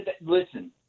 listen